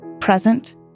present